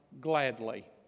gladly